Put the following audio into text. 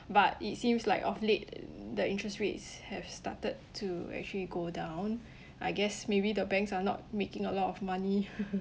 but it seems like of late the interest rates have started to actually go down I guess maybe the banks are not making a lot of money